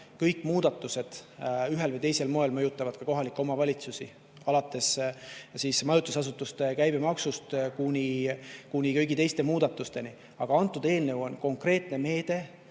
kõik muudatused ühel või teisel moel mõjutavad ka kohalikke omavalitsusi, alates majutusasutuste käibemaksust kuni kõigi teiste muudatusteni. See eelnõu on konkreetne meede